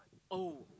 oh